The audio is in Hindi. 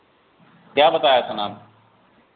क्या बताया था नाम